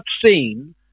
seen